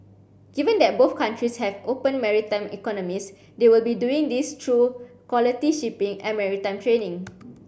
given that both countries have open maritime economies they will be doing this through quality shipping and maritime training